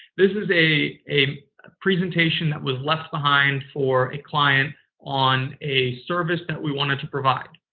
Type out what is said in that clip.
this is a a presentation that was left behind for a client on a service that we wanted to provide.